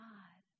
God